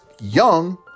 young